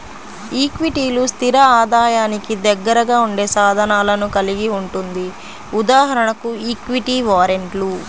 ఈక్విటీలు, స్థిర ఆదాయానికి దగ్గరగా ఉండే సాధనాలను కలిగి ఉంటుంది.ఉదాహరణకు ఈక్విటీ వారెంట్లు